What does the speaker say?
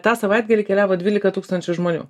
tą savaitgalį keliavo dvylika tūkstančių žmonių